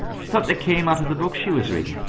she thought they came out of the book she was reading.